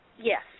yes